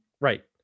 Right